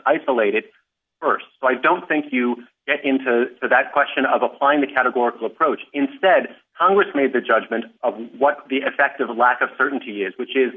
isolate it st so i don't think you get into that question of applying the categorical approach instead congress made the judgment of what the effect of the lack of certainty is which is